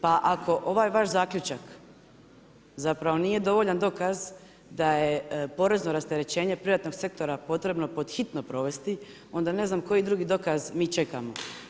Pa ako ovaj vaš zaključak zapravo nije dovoljan dokaz da je porezno rasterećenje privatnog sektora potrebno podhitno provesti onda ne znam koji drugi dokaz mi čekamo.